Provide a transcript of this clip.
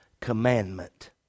commandment